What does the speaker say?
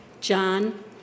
John